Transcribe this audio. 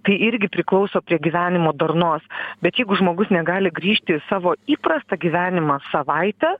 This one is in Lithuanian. tai irgi priklauso prie gyvenimo darnos bet jeigu žmogus negali grįžti į savo įprastą gyvenimą savaitę